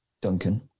Duncan